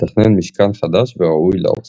לתכנן משכן חדש וראוי לאוסף.